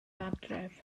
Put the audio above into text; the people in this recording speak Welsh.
adref